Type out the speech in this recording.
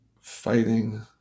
Fighting